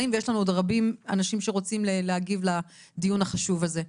ויש לנו עוד רבים אנשים שרוצים להגיב לדיון החשוב הזה,